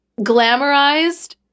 glamorized